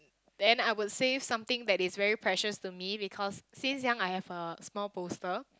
then I would save something that is very precious to me because since young I have a small bolster